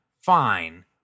Fine